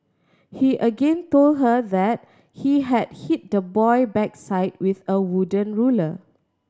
he again told her that he had hit the boy backside with a wooden ruler